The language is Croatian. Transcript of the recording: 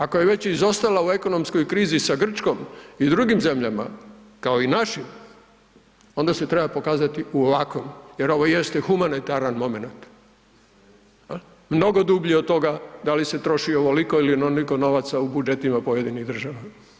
Ako je već izostala u ekonomskoj krizi sa Grčkom i drugim zemljama kao i našim, onda se treba pokazati u ovakvom jer ovo jeste humanitaran momenat, mnogo dublji od toga da li se troši ovoliko ili onoliko novaca u budžetima pojedinih država.